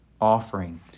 offering